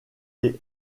des